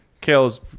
Kale's